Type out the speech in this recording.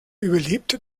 überlebte